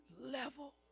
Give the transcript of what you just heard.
level